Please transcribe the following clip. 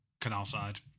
Canalside